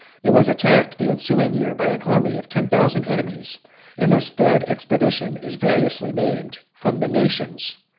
it was attacked the ensuing year by an army of ten thousand enemies and this third expedition is variously named from the nations,